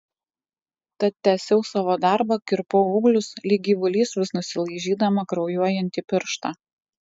tad tęsiau savo darbą kirpau ūglius lyg gyvulys vis nusilaižydama kraujuojantį pirštą